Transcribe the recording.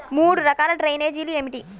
మూడు రకాల డ్రైనేజీలు ఏమిటి?